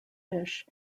fish